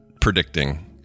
predicting